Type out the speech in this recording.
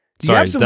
Sorry